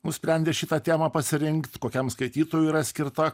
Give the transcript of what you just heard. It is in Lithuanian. nusprendė šitą temą pasirinkt kokiam skaitytojui yra skirta